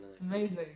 Amazing